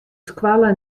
skoalle